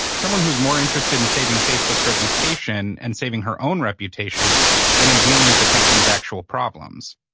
someone who's more interested in saving facebook's reputation and saving her own reputation than in dealing with the company's actual problems.